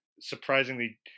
surprisingly